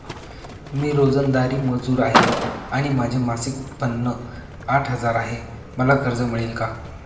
मी रोजंदारी मजूर आहे आणि माझे मासिक उत्त्पन्न आठ हजार आहे, मला कर्ज मिळेल का?